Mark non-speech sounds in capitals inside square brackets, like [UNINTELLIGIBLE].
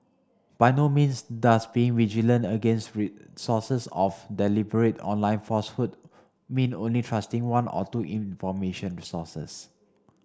by no means does being vigilant against [UNINTELLIGIBLE] sources of deliberate online falsehood mean only trusting one or two information resources